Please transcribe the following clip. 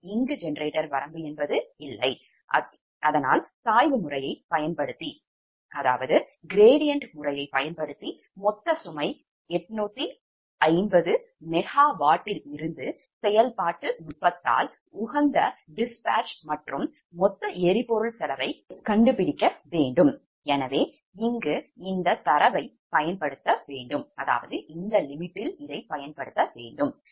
ஆனால் இங்கு ஜெனரேட்டர் வரம்பு இல்லை என்பதால் சாய்வு முறையைப் பயன்படுத்தி மொத்த சுமை 850MW இல் இருந்து செயல்பாட்டு நுட்பத்தால் உகந்த dispatch மற்றும் மொத்த எரிபொருள் செலவை கண்டுபிடிக்க வேண்டும் எனவே இங்கு இந்த தரவைப் பயன்படுத்த வேண்டும்